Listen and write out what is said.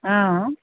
ಹಾಂ